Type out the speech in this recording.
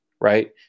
right